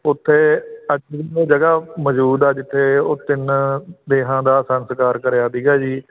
ਉੱਥੇ ਅੱਜ ਵੀ ਉਹ ਜਗ੍ਹਾ ਮੌਜੂਦ ਆ ਜਿੱਥੇ ਉਹ ਤਿੰਨ ਦੇਹਾਂ ਦਾ ਸੰਸਕਾਰ ਕਰਿਆ ਸੀਗਾ ਜੀ